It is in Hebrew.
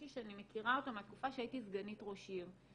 שאני מכירה אותו מהתקופה שהייתי סגנית ראש עיר.